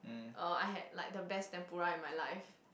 uh I had like the best tempura in my life